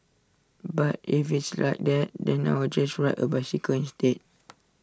but if it's like that then I will just ride A bicycle instead